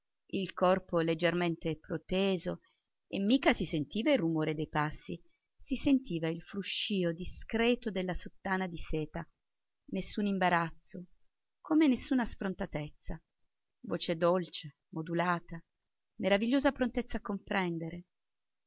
il corpo leggermente proteso e mica si sentiva il rumore dei passi si sentiva il fruscio discreto della sottana di seta nessun imbarazzo come nessuna sfrontatezza voce dolce modulata meravigliosa prontezza a comprendere